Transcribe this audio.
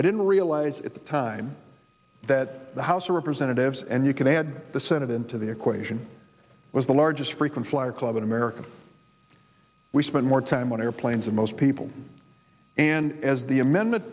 i didn't realize at the time that the house of representatives and you can add the senate into the equation was the largest frequent flyer club in america we spent more time on airplanes and most people and as the a